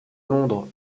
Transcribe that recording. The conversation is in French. londres